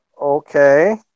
okay